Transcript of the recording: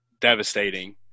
devastating